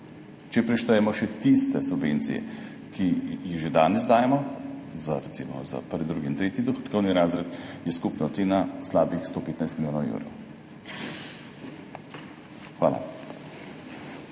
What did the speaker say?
Če prištejemo še tiste subvencije, ki jih že danes dajemo za prvi, drugi in tretji dohodkovni razred, je skupna ocena slabih 115 milijonov evrov. Hvala.